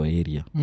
area